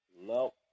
Nope